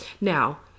Now